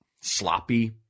sloppy